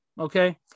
Okay